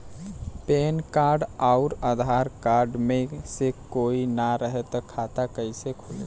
Pan card आउर Aadhaar card मे से कोई ना रहे त खाता कैसे खुली?